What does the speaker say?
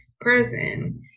person